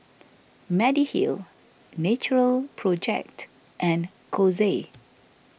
Mediheal Natural Project and Kose